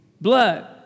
Blood